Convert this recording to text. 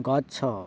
ଗଛ